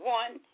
one